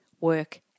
work